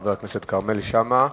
חבר הכנסת כרמל שאמה,